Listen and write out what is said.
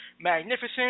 Magnificent